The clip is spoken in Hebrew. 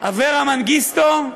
אברה מנגיסטו,